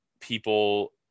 people